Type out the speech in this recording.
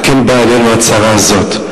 על כן באה עלינו הצרה הזאת".